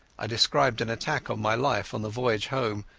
i described an attack on my life on the voyage home,